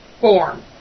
form